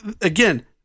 Again